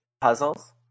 Puzzles